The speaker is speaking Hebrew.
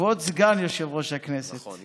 סגן יושב-ראש הכנסת נכון,